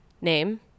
name